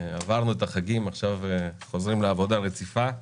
עברנו את החגים, עכשיו חוזרים לעבודה רציפה.